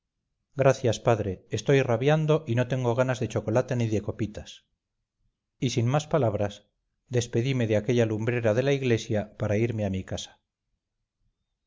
gracias padre estoy rabiando y no tengo ganas de chocolate ni de copitas y sin más palabras despedime de aquella lumbrera de la iglesia para irme a mi casa